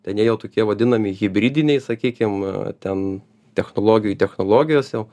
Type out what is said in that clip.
ten jie jau tokie vadinami hibridiniais sakykim ten technologijų technologijos jau